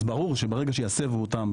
אז ברור שברגע שיסבו אותם